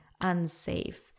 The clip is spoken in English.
unsafe